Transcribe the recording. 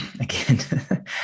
again